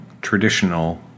traditional